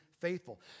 Faithful